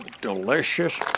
Delicious